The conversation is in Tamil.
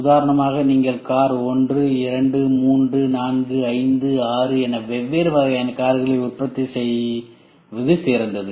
உதாரணமாக நீங்கள் கார் 1 2 3 4 5 6 என வெவ்வேறு வகையான கார்களை உற்பத்தி செய்வது சிறந்தது